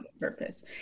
purpose